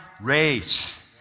race